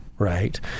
right